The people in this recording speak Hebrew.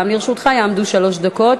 גם לרשותך יעמדו שלוש דקות.